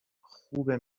خوبه